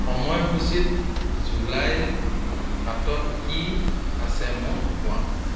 সময়সূচীত জুলাইৰ সাতত কি আছে মোক কোৱা